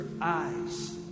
eyes